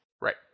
Right